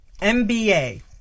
MBA